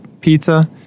pizza